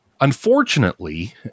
Unfortunately